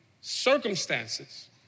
circumstances